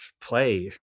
play